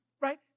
right